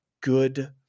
Good